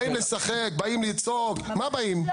באים לשחק, באים לצעוק, למה באים?